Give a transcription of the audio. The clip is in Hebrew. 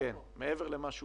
כן, מעבר למה שאושר.